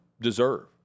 deserve